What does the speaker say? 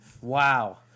Wow